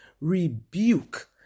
rebuke